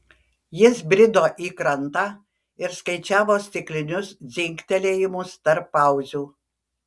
jis brido į krantą ir skaičiavo stiklinius dzingtelėjimus tarp pauzių